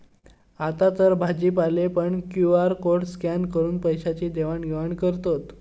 आतातर भाजीवाले पण क्यु.आर कोड स्कॅन करून पैशाची देवाण घेवाण करतत